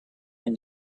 and